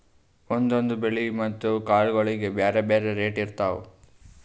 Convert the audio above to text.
ಒಂದೊಂದ್ ಬೆಳಿ ಮತ್ತ್ ಕಾಳ್ಗೋಳಿಗ್ ಬ್ಯಾರೆ ಬ್ಯಾರೆ ರೇಟ್ ಇರ್ತವ್